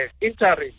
interim